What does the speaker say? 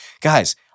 Guys